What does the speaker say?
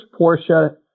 Porsche